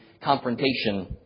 confrontation